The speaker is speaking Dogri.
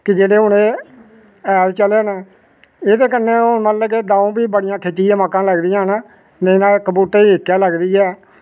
कि जेह्डे़ हून ऐ हैल चले न एह्दे कन्नै ओह् मतलब कि दो बी बडियां खिच्चियै मक्कां लगदियां न नेईं तां इक बूह्टे गी इकैक् लगदी ऐ